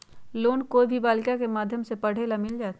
Loan कोई भी बालिका के माध्यम से पढे ला मिल जायत?